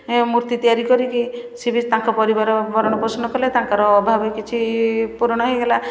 ଏ ମୂର୍ତ୍ତି ତିଆରି କରିକି ସିଏ ବି ତାଙ୍କ ପରିବାର ଭରଣ ପୋଷଣ କଲେ ତାଙ୍କର ଅଭାବ କିଛି ପୂରଣ ହେଇଗଲା